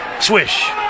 Swish